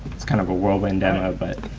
it's kind of a whirlwind demo. but